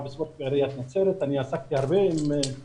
נוער וספורט בעיריית נצרת ועסקתי הרבה בנוער,